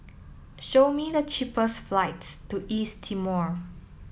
show me the cheapest flights to East Timor